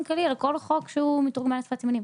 כללי על כל חוק שעוסק בתרגום לשפת הסימנים?